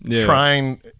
Trying